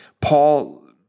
Paul